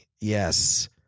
Yes